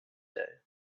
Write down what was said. day